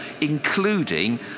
including